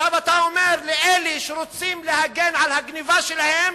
עכשיו אתה אומר, לאלה שרוצים להגן על הגנבה שלהם